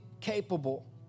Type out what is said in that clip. capable